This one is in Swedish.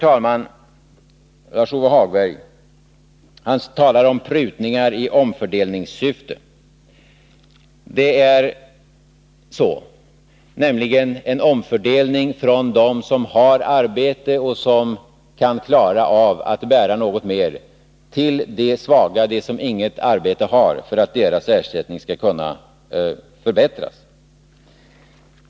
"ens förslag handlar alltså om en omfördelning från dem som har arbete och kan klara av att bära något mer till de svaga, de som inget arbete har, för att deras ersättning skall kunna förbättras.